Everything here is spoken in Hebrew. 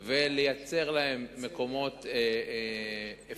ולייצר להם אפשרות